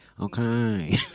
Okay